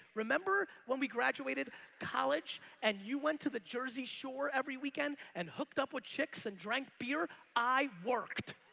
remember when we graduated college and you went to the jersey shore every weekend and hooked up with chicks and drank beer. i worked.